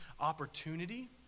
opportunity